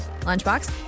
lunchbox